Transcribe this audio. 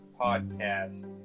podcast